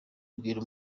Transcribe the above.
ibwira